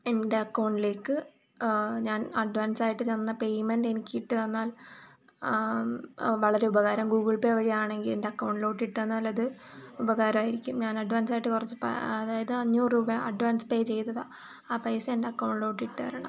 എൻ്റെ അക്കൗണ്ടിലേക്ക് ഞാൻ അഡ്വാൻസ്സായിട്ട് തന്ന പേയ്മെൻ്റെ എനിക്ക് ഇട്ടു തന്നാൽ വളരെ ഉപകാരം ഗൂഗിൾ പേ വഴി ആണെങ്കിൽ എൻ്റെ അക്കൗണ്ടിലോട്ട് ഇട്ടു തന്നാൽ അത് ഉപകാരായിരിക്കും ഞാൻ അഡ്വാൻസ്സായിട്ട് കുറച്ച് അതായത് അഞ്ഞൂറൂപ അഡ്വാൻസ് പേ ചെയ്തതാണ് ആ പൈസ എൻ്റെ അക്കൗണ്ടിലോട്ട് ഇട്ടു തരണം